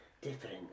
different